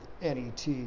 net